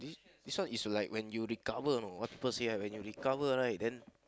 this one is like when you recover know what people say ah when you recover right then